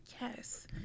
Yes